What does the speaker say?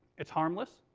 it's harmless,